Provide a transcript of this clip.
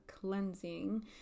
Cleansing